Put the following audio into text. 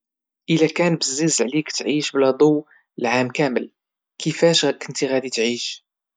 ايلا كان بزز عليك تعيش بلا ضو العام كامل كيفاش كنتي غادي تعيش؟